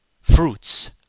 fruits